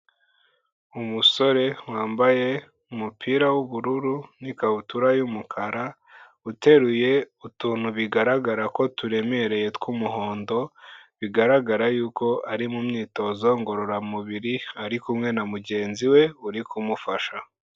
Umusore wambaye umupira w'ubururu, n'ikabutura y'umukara, uteruye utuntu bigaragara ko turemereye tw'umuhondo, bigaragara y'uko ari mu myitozo ngororamubiri, ari kumwe na mugenzi we uri kumufasha.